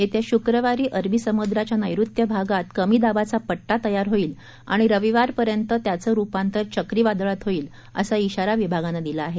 येत्या शुक्रवारी अरबी समुद्राच्या नैऋत्य भागात कमी दाबाचा पट्टा तयार होईल आणि रविवारपर्यंत त्याचं रूपांतर चक्रीवादळात होईल असा शिरा विभागानं दिला आहे